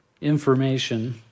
information